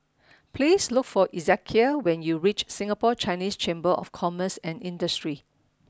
please look for Ezekiel when you reach Singapore Chinese Chamber of Commerce and Industry